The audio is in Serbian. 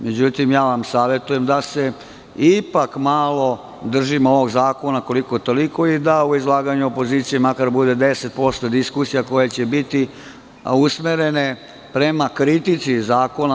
Međutim, ja vam savetujem da se ipak malo držimo ovog zakona koliko- toliko i da u izlaganju opozicije makar bude 10% diskusije koje će biti usmerene prema kritici zakona.